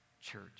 church